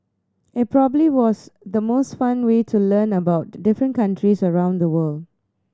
it probably was the most fun way to learn about the different countries around the world